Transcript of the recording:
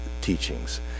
teachings